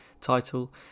title